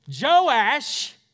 Joash